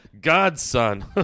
Godson